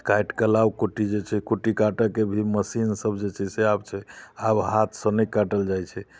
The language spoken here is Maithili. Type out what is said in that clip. काटिकऽ लाउ कुट्टी जे छै कुट्टी काटऽके भी मशीन सब जे छै से आयल छै आब हाथसँ नहि काटल जाइ छै